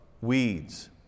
weeds